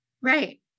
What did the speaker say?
Right